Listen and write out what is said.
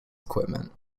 equipment